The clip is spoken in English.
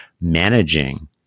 managing